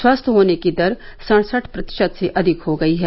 स्वस्थ होने की दर सड़सठ प्रतिशत से अधिक हो गई है